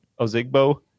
Ozigbo